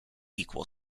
equal